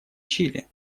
чили